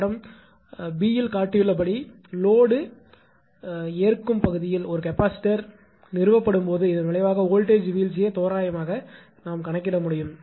படம் b இல் காட்டப்பட்டுள்ளபடி லோடு ஏற்கும் பகுதியில் ஒரு கெபாசிட்டார் நிறுவப்படும் போது இதன் விளைவாக வோல்ட்டேஜ் வீழ்ச்சியை தோராயமாக கணக்கிட முடியும்